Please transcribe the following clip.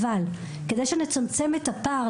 אבל כדי שנצמצם את הפער,